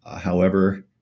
ah however,